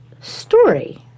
story